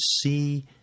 see